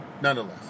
nonetheless